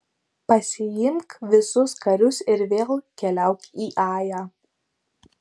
pasiimk visus karius ir vėl keliauk į ają